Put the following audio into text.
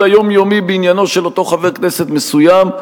היומיומי בעניינו של אותו חבר כנסת מסוים,